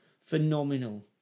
phenomenal